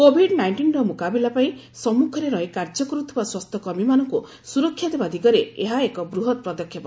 Covid କୋଇଷ୍ଟିନ୍ର ମୁକାବିଲା ପାଇଁ ସମ୍ମୁଖରେ ରହି କାର୍ଯ୍ୟ କରୁଥିବା ସ୍ୱାସ୍ଥ୍ୟକର୍ମୀମାନଙ୍କୁ ସୁରକ୍ଷା ଦେବା ଦିଗରେ ଏହା ଏକ ବୃହତ୍ତ ପଦକ୍ଷେପ